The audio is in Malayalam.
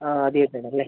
ആദ്യമായിട്ടാണല്ലേ